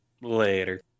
Later